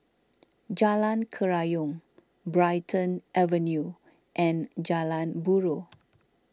Jalan Kerayong Brighton Avenue and Jalan Buroh